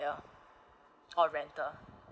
or renter